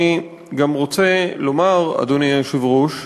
אני גם רוצה לומר, אדוני היושב-ראש,